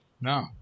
No